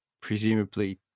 presumably